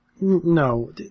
No